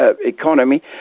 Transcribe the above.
economy